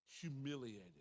Humiliated